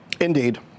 Indeed